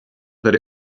that